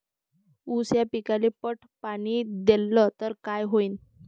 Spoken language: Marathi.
ऊस या पिकाले पट पाणी देल्ल तर काय होईन?